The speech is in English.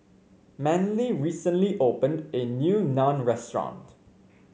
Manley recently opened a new Naan Restaurant